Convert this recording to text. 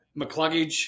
McCluggage